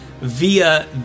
via